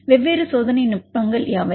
வெவ்வேறு சோதனை நுட்பங்கள் யாவை